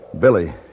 Billy